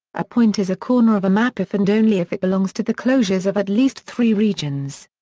a point is a corner of a map if and only if it belongs to the closures of at least three regions.